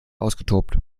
ausgetobt